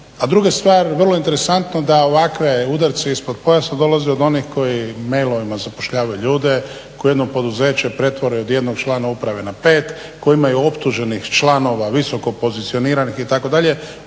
A druga stvar vrlo je interesantno da ovakve udarce ispod pojasa dolaze od onih koji mailovima zapošljavaju ljude, koji jedno poduzeće pretvore od jednog člana uprave na pet, koji maju optuženih članova visoko pozicioniranih itd.